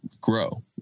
grow